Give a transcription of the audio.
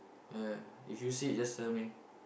ya if you see it just tell me